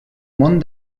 món